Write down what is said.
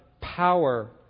power